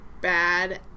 bad